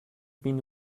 been